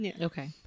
Okay